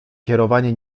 kierowanie